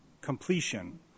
completion